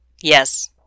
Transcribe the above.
Yes